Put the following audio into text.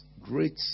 great